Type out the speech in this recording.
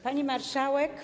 Pani Marszałek!